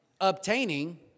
Obtaining